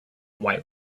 white